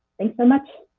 thanks so much?